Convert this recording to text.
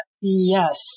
Yes